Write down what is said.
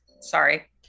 sorry